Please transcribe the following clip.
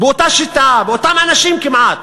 באותה שיטה, אותם אנשים כמעט.